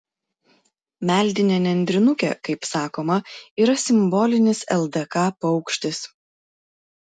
meldinė nendrinukė kaip sakoma yra simbolinis ldk paukštis